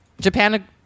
Japan